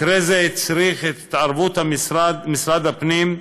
מקרה זה הצריך את התערבות משרד הפנים,